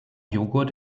joghurt